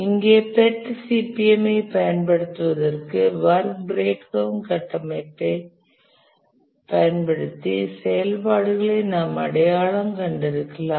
இங்கே PERT CPM ஐ பயன்படுத்துவதற்கு வொர்க் ப்ரேக் டவுண் கட்டமைப்பைப் பயன்படுத்தி செயல்பாடுகளை நாம் அடையாளம் கண்டிருக்கலாம்